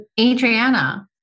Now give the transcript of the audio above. Adriana